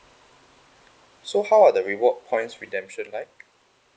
so how are the reward points redemption like